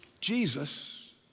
Jesus